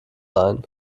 ein